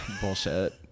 Bullshit